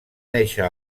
néixer